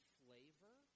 flavor